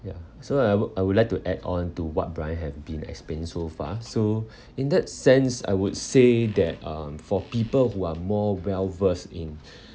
ya so I would I would like to add on to what brian have been explaining so far so in that sense I would say that uh for people who are more well versed in